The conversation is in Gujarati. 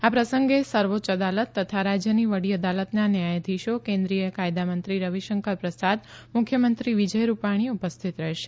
આ પ્રસંગે સર્વોચ્ય અદાલત તથા રાજ્યની વડી અદાલતના ન્યાયાધીશો કેન્દ્રીય કાયદામંત્રી રવિશંકર પ્રસાદ મુખ્યમંત્રી વિજય રૂપાણી ઉપસ્થિત રહેશે